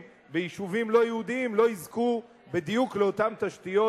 ביישובים לא יהודיים לא יזכו בדיוק לאותן תשתיות